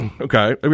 Okay